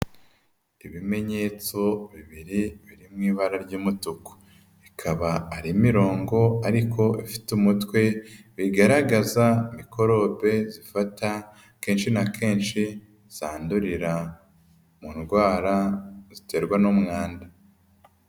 Ibimenyetso bibiri biri mu ibara ry'umutuku. Bikaba ari imirongo ariko ifite umutwe, bigaragaza mikorobe zifata kenshi na kenshi zandurira mu ndwara ziterwa n'umwanda.